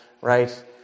right